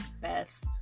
best